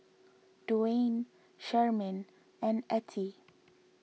Duwayne Charmaine and Ettie